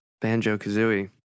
Banjo-Kazooie